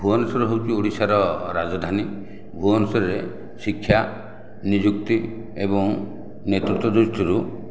ଭୁବନେଶ୍ୱର ହେଉଛି ଓଡ଼ିଶାର ରାଜଧାନୀ ଭୁବନେଶ୍ୱରରେ ଶିକ୍ଷା ନିଯୁକ୍ତି ଏବଂ ନେତୃତ୍ଵ ଦୃଷ୍ଟିରୁ